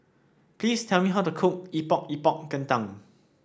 please tell me how to cook Epok Epok Kentang